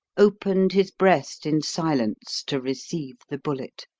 opened his breast in silence to receive the bullet.